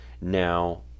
Now